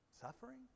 Suffering